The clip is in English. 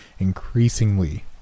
increasingly